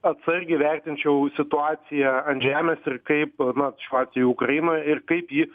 atsargiai vertinčiau situaciją ant žemės ir kaip na šiuo atveju ukrainoj ir kaip ji